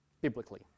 Biblically